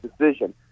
decision